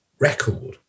Record